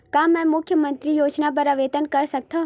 का मैं मुख्यमंतरी योजना बर आवेदन कर सकथव?